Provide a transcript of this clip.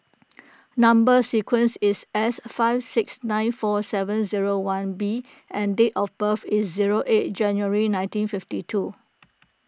Number Sequence is S five six nine four seven zero one B and date of birth is zero eight January nineteen fifty two